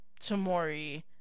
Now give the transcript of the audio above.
Tomori